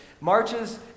marches